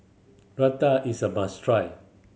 raita is a must try